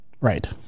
Right